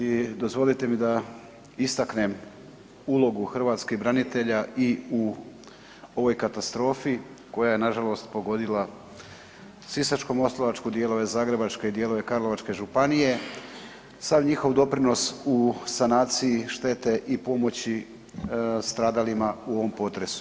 I dozvolite mi da istaknem ulogu hrvatskih branitelja i u ovoj katastrofi koja je nažalost pogodila Sisačko-moslavačku, dijelove zagrebačke i dijelove Karlovačke županije, sav njihov doprinos u sanaciji štete i pomoći stradalima u ovom potresu.